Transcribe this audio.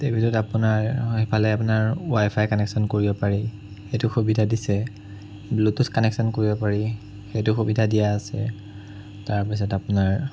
তাৰ পিছত আপোনাৰ এফালে আপোনাৰ ৱাই ফাই কানেকশ্বন কৰিব পাৰি এইটো সুবিধা দিছে ব্লুটুথ কানেকশ্বন কৰিব পাৰি সেইটো সুবিধা দিয়া আছে তাৰ পিছত আপোনাৰ